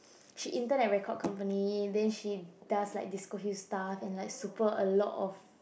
she intern an record company then she does like disclose his staff and like super a lot of